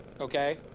okay